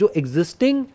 existing